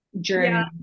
journey